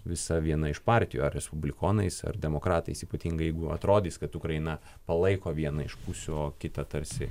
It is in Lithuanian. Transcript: visa viena iš partijų ar respublikonais ar demokratais ypatingai jeigu atrodys kad ukraina palaiko vieną iš pusių o kitą tarsi